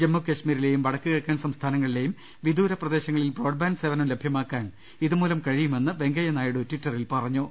ജമ്മുക ശ്മീരിലേയും വടക്ക് കിഴക്കൻ സംസ്ഥാനങ്ങളിലേയും വിദൂര പ്രദേ ശങ്ങളിൽ ബ്രോഡ്ബാന്റ് സേവനം ലഭ്യമാക്കാൻ ഇതുമൂലം കഴിയു മെന്ന് വെങ്കയ്യ നായിഡു ടിറ്ററിൽ പറഞ്ഞു